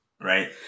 Right